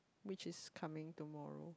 which is coming tomorrow